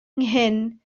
nghyn